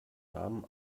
namen